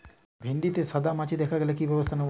ভিন্ডিতে সাদা মাছি দেখালে কি ব্যবস্থা নেবো?